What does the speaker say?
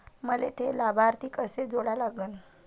मले थे लाभार्थी कसे जोडा लागन?